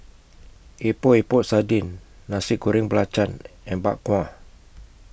Epok Epok Sardin Nasi Goreng Belacan and Bak Kwa